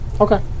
Okay